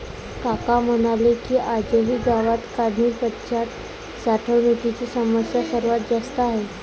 काका म्हणाले की, आजही गावात काढणीपश्चात साठवणुकीची समस्या सर्वात जास्त आहे